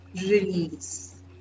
release